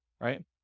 right